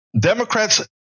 Democrats